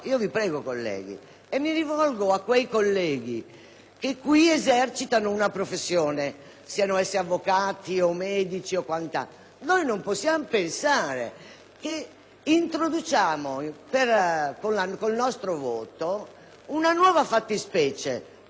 che esercitano una professione, siano essi avvocati o medici o quant'altro), noi non possiamo pensare di introdurre con il nostro voto una nuova fattispecie protetta costituzionalmente che prevede